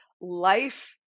life